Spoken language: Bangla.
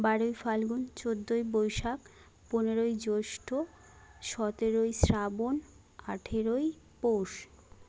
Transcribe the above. বারোই ফাল্গুন চৌদ্দই বৈশাখ পনেরোই জ্যৈষ্ঠ সতেরোই শ্রাবণ আঠারোই পৌষ